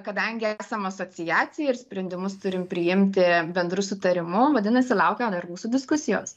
kadangi esam asociacija ir sprendimus turim priimti bendru sutarimu vadinasi laukia dar mūsų diskusijos